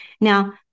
Now